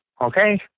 Okay